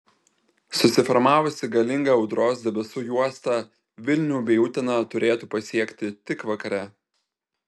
susiformavusi galinga audros debesų juosta vilnių bei uteną turėtų pasiekti tik vakare